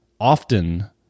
often